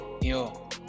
Yo